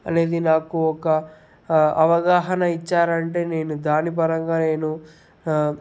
అనేది నాకు ఒక అవగాహన ఇచ్చారంటే నేను దాని పరంగా నేను